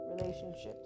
relationships